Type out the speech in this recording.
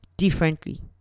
Differently